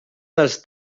dels